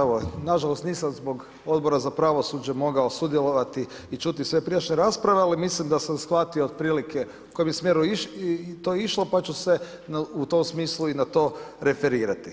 Evo nažalost nisam zbog Odbora za pravosuđe mogao sudjelovati i čuti sve prijašnje rasprave, ali mislim da sam shvatio otprilike u kojem je smjeru to išlo pa ću se u tom smislu i na to referirati,